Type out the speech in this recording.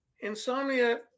Insomnia